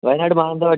Wayanad Mananthavady